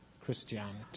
Christianity